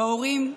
בהורים.